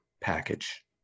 package